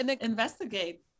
investigate